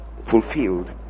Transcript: fulfilled